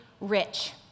rich